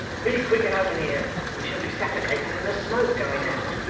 be quick, and open here, for we shall be suffocated in the smoke, going out